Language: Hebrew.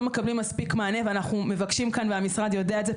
לא מקבלים מספיק מענה ואנחנו מבקשים כאן והמשרד יודע את זה,